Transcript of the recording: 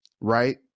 right